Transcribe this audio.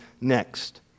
next